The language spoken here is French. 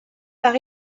par